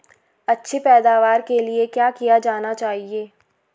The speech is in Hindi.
अच्छी पैदावार के लिए क्या किया जाना चाहिए?